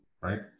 right